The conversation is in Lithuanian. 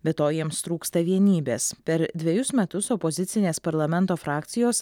be to jiems trūksta vienybės per dvejus metus opozicinės parlamento frakcijos